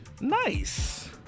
Nice